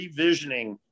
revisioning